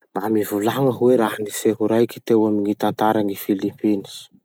Mba mivolagna hoe raha-niseho raiky teo amy gny tantaran'i Philippines?